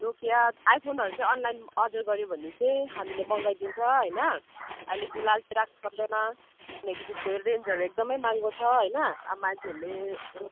Nokia आइफोनहरू चाहिँ online order गर्यो भने चाहिँ हामीले मगाइदिन्छौँ होइन अहिले फिलहाल चाहिँ राख्न सक्दैनौँ किनकि त्यसको रेन्जहरू एकदमै महँगो छ होइन अब मान्छेहरूले